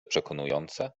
przekonujące